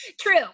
True